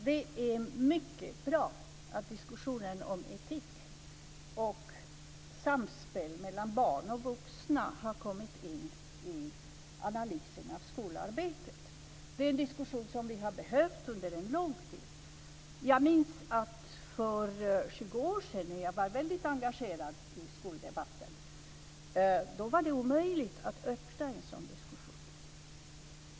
Fru talman! Det är mycket bra att diskussionen om etik och samspel mellan barn och vuxna har kommit in i analysen av skolarbetet. Det är en diskussion som vi har behövt under en lång tid. Jag minns att det för 20 år sedan, när jag var väldigt engagerad i skoldebatten, var omöjligt att öppna en sådan diskussion.